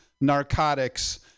narcotics